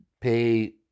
pay